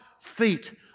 feet